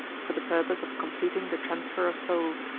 for the purpose of completing the transfer of souls.